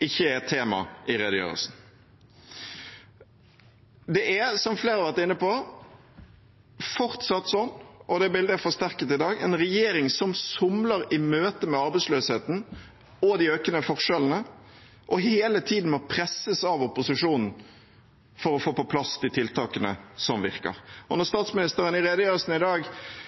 ikke er et tema i redegjørelsen. Det er som flere har vært inne på, fortsatt sånn – og det bildet er forsterket i dag – at det er en regjering som somler i møte med arbeidsløsheten og de økende forskjellene, og som hele tiden må presses av opposisjonen for å få på plass de tiltakene som virker. Når statsministeren i redegjørelsen i dag